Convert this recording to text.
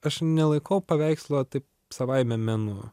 aš nelaikau paveikslo taip savaime menu